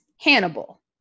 hannibal